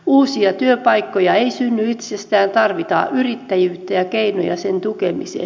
uusia työpaikkoja ei synny itsestään tarvitaan yrittäjyyttä ja keinoja sen tukemiseen